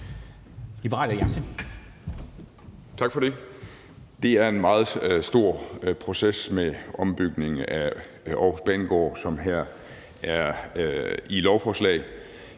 Ole Birk Olesen (LA): Tak for det. Det er en meget stor proces med ombygningen af Aarhus Banegård, som her behandles i lovforslaget.